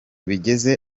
bigeze